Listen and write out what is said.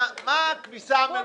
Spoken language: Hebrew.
מה הכביסה המלוכלכת?